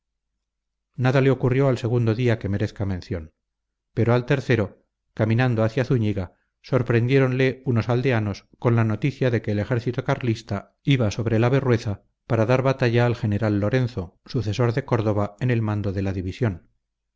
nada le ocurrió al segundo día que merezca mención pero al tercero caminando hacia zúñiga sorprendiéronle unos aldeanos con la noticia de que el ejército carlista iba sobre la berrueza para dar batalla al general lorenzo sucesor de córdoba en el mando de la división